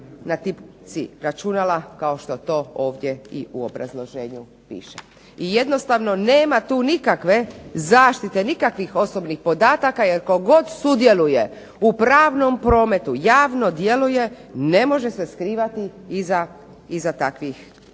na tipci računala kao što ovdje u obrazloženju piše. I jednostavno nema tu nikakve zaštite, nikakvih osobnih podataka, jer tko god sudjeluje u pravnom prometu javno djeluje ne može se skrivati iza takvih